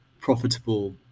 profitable